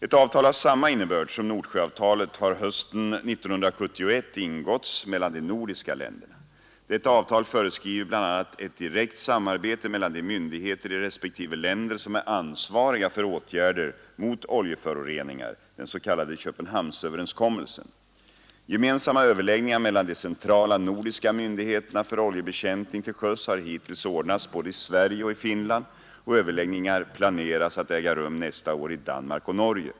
Ett avtal av samma innebörd som Nordsjöavtalet har hösten 1971 ingåtts mellan de nordiska länderna. Detta avtal föreskriver bl.a. ett direkt samarbete mellan de myndigheter i respektive länder som är ansvariga för åtgärder mot oljeföroreningar . Gemensamma överläggningar mellan de centrala nordiska myndigheterna för oljebekämpning till sjöss har hittills ordnats både i Sverige och i Finland, och överläggningar planeras att äga rum nästa år i Danmark och Norge.